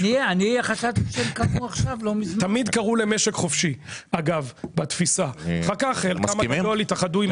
תמיד קראו למשק חופשי אגב בתפיסה -- אחר כך הם התאחדו עם